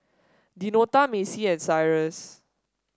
Deonta Macy and Cyrus